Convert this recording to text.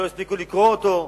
שלא הספיקו לקרוא אותו.